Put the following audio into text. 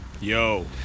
Yo